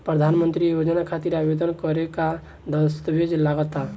प्रधानमंत्री योजना खातिर आवेदन करे मे का का दस्तावेजऽ लगा ता?